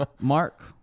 Mark